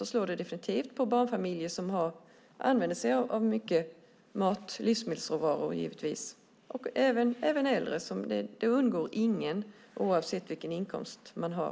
Det slår definitivt mot barnfamiljer, som använder sig av mycket livsmedelsråvaror, men även mot äldre. Det undgår ingen, oavsett vilken inkomst man har.